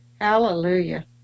Hallelujah